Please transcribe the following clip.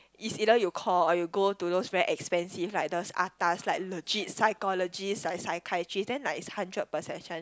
is either you call or you go to those very expensive like those atas like legit psychologist like psychiatrist then like is hundred per session